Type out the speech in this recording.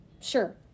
sure